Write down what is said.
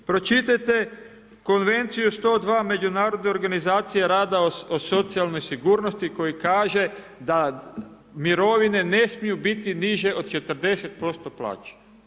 Pročitajte Konvenciju 102 Međunarodne organizacije rada o socijalnoj sigurnosti koji kaže da mirovine ne smiju biti niže od 40% plaće.